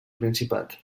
principat